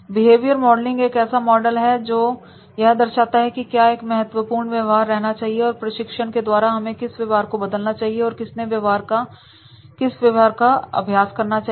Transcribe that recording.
behaviour modelling एक ऐसा model है जो यह दर्शाता है कि क्या एक महत्वपूर्ण व्यवहार रहना चाहिए और प्रशिक्षण के द्वारा हमें किस व्यवहार को बदलना चाहिए और किसने व्यवहार का अभ्यास करना चाहिए